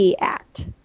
act